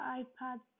iPad